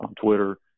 Twitter